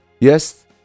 Yes